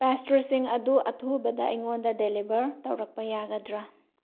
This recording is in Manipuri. ꯄꯥꯁꯇ꯭ꯔꯤꯁꯤꯡ ꯑꯗꯨ ꯑꯊꯨꯕꯗ ꯑꯩꯉꯣꯟꯗ ꯗꯦꯂꯤꯕꯔ ꯇꯧꯔꯛꯄ ꯌꯥꯒꯗ꯭ꯔꯥ